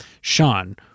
sean